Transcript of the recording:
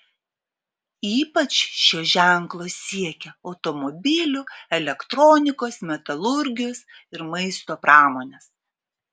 ypač šio ženklo siekia automobilių elektronikos metalurgijos ir maisto pramonės